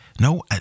no